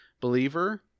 believer